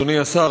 אדוני השר,